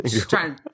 Trying